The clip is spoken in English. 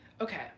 Okay